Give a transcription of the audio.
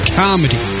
comedy